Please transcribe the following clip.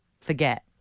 forget